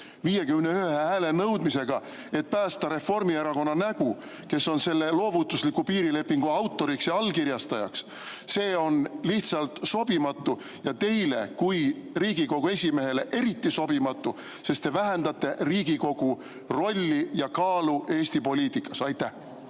mänge 51 hääle nõudmisega, et päästa Reformierakonna nägu, kes on selle loovutusliku piirilepingu autor ja allkirjastaja, on lihtsalt sobimatu ja teile kui Riigikogu esimehele eriti sobimatu, sest te vähendate Riigikogu rolli ja kaalu Eesti poliitikas. Aitäh!